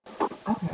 okay